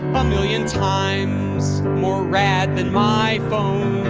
a million times more rad than my phone.